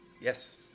yes